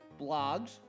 blogs